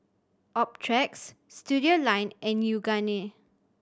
Optrex Studioline and Yoogane